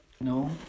no